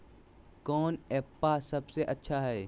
कौन एप्पबा सबसे अच्छा हय?